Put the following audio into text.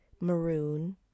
maroon